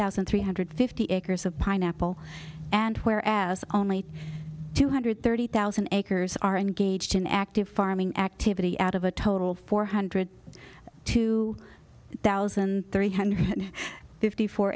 thousand three hundred fifty acres of pineapple and where as only two hundred thirty thousand acres are engaged in active farming activity out of a total four hundred two thousand three hundred fifty four